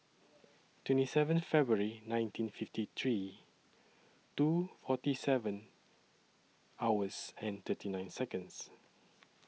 twenty seventh February nineteen fifty three two forty seven hours and thirty nine Seconds